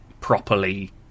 properly